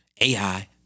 AI